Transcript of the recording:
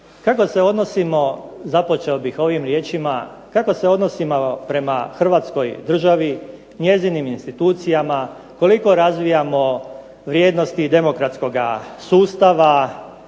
Kako se odnosimo započeo bih ovim riječima, kako se odnosimo prema hrvatskoj državi, njezinim institucijama, koliko razvijamo vrijednosti demokratskoga sustava,